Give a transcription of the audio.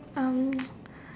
um